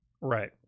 Right